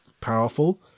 powerful